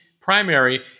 primary